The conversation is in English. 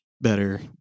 better